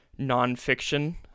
nonfiction